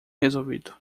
resolvido